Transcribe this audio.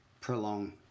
prolong